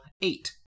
eight